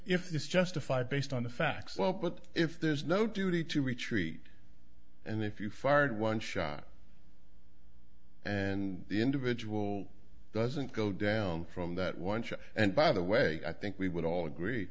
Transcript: if it's justified based on the facts well but if there's no duty to retreat and if you fired one shot and the individual doesn't go down from that one shot and by the way i think we would all agree